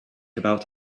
about